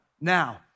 Now